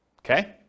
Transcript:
Okay